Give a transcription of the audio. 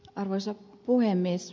arvoisa puhemies